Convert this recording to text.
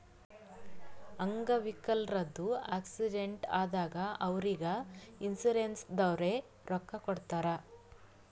ಅಂಗ್ ವಿಕಲ್ರದು ಆಕ್ಸಿಡೆಂಟ್ ಆದಾಗ್ ಅವ್ರಿಗ್ ಇನ್ಸೂರೆನ್ಸದವ್ರೆ ರೊಕ್ಕಾ ಕೊಡ್ತಾರ್